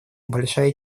большая